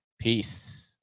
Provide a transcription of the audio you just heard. peace